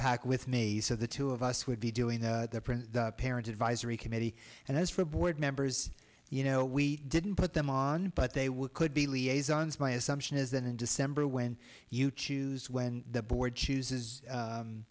pac with me so the two of us would be doing the parent advisory committee and as for board members you know we didn't put them on but they would could be liaison's my assumption is that in december when you choose when the board chooses